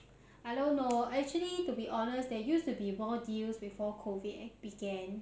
I don't know actually to be honest there used to be more deals before COVID began